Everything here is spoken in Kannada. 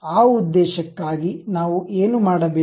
ಆ ಉದ್ದೇಶಕ್ಕಾಗಿ ನಾವು ಏನು ಮಾಡಬೇಕು